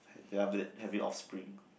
then after that having offspring